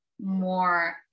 more